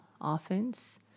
offense